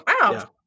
wow